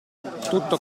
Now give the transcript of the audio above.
tutto